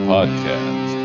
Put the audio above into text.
Podcast